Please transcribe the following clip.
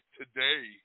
today